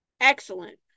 Excellent